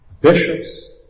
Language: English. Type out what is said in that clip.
bishops